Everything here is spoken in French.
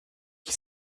qui